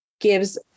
gives